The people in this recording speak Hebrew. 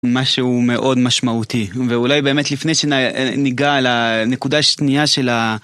משהו מאוד משמעותי, ואולי באמת לפני שניגע לנקודה שנייה של ה...